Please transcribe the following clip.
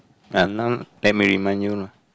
I'm now tempt to remind you you know